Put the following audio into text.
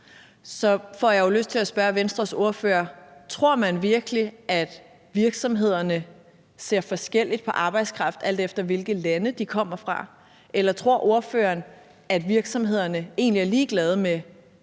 Så får jeg jo lyst til at spørge Venstres ordfører: Tror man virkelig, at virksomhederne ser forskelligt på arbejdskraft, alt efter hvilke lande de kommer fra? Eller tror ordføreren, at virksomhederne egentlig er ligeglade med